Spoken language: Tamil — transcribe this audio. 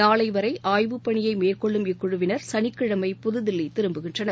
நாளைவரைஆய்வுப்பணியைமேற்கொள்ளும் இக்குழுவினர் சனிக்கிழமை புதுதில்லிதிரும்புகின்றனர்